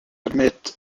admit